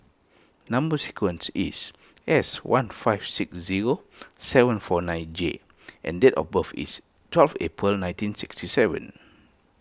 Number Sequence is S one five six zero seven four nine J and date of birth is twelve April nineteen sixty seven